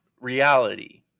reality